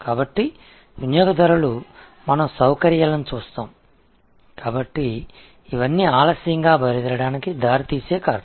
எனவே கஸ்டமர்கள் நாம் வசதிகளைப் பார்க்கிறோம் எனவே இவை அனைத்தும் தாமதமாக புறப்படுவதற்கு வழிவகுக்கும் காரணங்கள்